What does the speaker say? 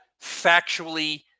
factually